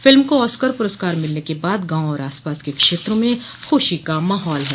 film को Oscar पुरस्कार मिलने के बाद गांव और आसपास के क्षेत्रों में खुशी का माहौल है